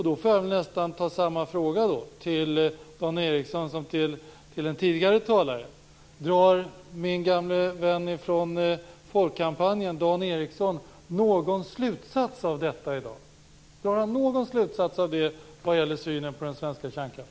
Då får jag nästan ställa samma fråga till Dan Ericsson som till den tidigare talaren: Drar min gamle vän från folkkampanjen, Dan Ericsson, i dag någon slutsats av detta vad gäller synen på den svenska kärnkraften?